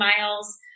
miles